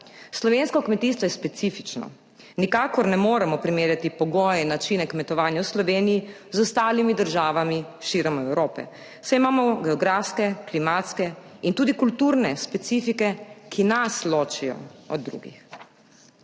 Slovensko kmetijstvo je specifično. Nikakor ne moremo primerjati pogojev in načina kmetovanja v Sloveniji z ostalimi državami širom Evrope, saj imamo geografske, klimatske in tudi kulturne specifike, ki nas ločijo od drugih.